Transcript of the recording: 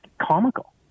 comical